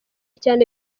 cyane